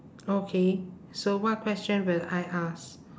okay so what question will I ask